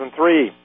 2003